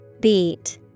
Beat